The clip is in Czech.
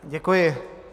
Děkuji.